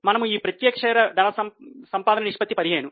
మనము ఈ ప్రత్యేక షేర్ సంపాదన నిష్పత్తి 15